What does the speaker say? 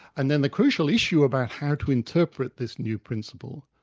and then the crucial issue about how to interpret this new principle,